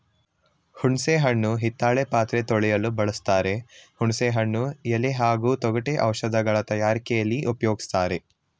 ಹುಣಸೆ ಹಣ್ಣು ಹಿತ್ತಾಳೆ ಪಾತ್ರೆ ತೊಳೆಯಲು ಬಳಸ್ತಾರೆ ಹುಣಸೆ ಹಣ್ಣು ಎಲೆ ಹಾಗೂ ತೊಗಟೆ ಔಷಧಗಳ ತಯಾರಿಕೆಲಿ ಉಪ್ಯೋಗಿಸ್ತಾರೆ